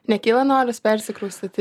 nekyla noras persikraustyt į